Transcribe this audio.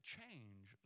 Change